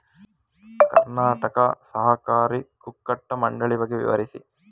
ಕರ್ನಾಟಕ ಸಹಕಾರಿ ಕುಕ್ಕಟ ಮಂಡಳಿ ಬಗ್ಗೆ ವಿವರಿಸಿ?